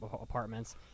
apartments